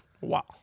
Wow